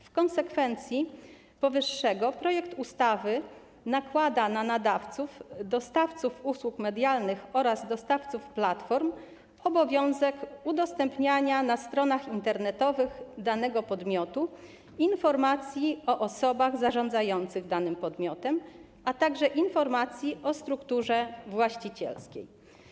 W konsekwencji powyższego projekt ustawy nakłada na nadawców, dostawców usług medialnych oraz dostawców platform obowiązek udostępniania na stronach internetowych danego podmiotu informacji o osobach zarządzających danym podmiotem, a także informacji o strukturze właścicielskiej.